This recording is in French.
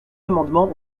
amendement